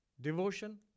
Devotion